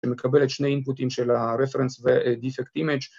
שמקבלת שני אינפוטים של ה-reference ו-defect image